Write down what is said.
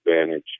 advantage